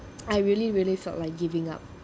I really really felt like giving up